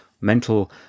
mental